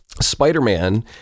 Spider-Man